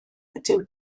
ydyw